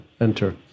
enter